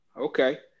Okay